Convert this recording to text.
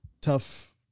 tough